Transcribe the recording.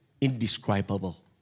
indescribable